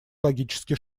логический